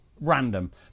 random